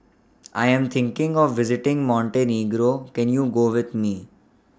I Am thinking of visiting Montenegro Can YOU Go with Me